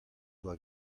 doa